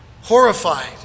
horrified